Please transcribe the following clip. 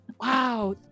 Wow